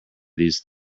these